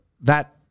that-